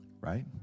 Right